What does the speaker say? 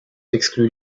exclues